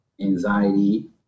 anxiety